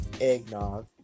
eggnog